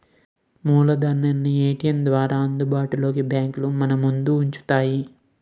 మూలధనాన్ని ఏటీఎం ద్వారా అందుబాటులో బ్యాంకులు మనముందు ఉంచుతాయి